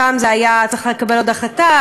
פעם זה היה צריך לקבל עוד החלטה,